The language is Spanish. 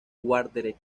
wanderers